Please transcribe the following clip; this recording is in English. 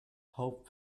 hope